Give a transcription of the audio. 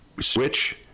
switch